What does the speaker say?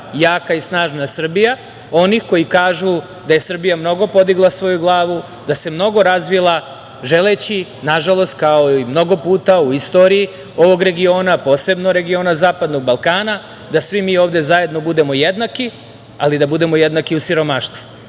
jaka i snažna Srbija, onih koji kažu da je Srbija mnogo podigla svoju glavu, da se mnogo razvila želeći, nažalost, kao i mnogo puta u istoriji ovog regiona, posebno regiona zapadnog Balkana, da svi mi ovde zajedno budemo jednaki, ali da budemo jednaki u siromaštvu. Od